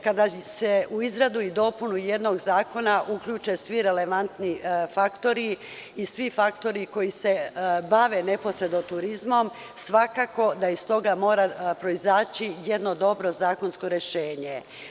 Kada se u izradu i dopunu jednog zakona uključe svi relevantni faktori i svi faktori koji se bave neposredno turizmom, svakako da iz toga mora proizaći jedno dobro zakonsko rešenje.